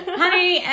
honey